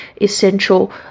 essential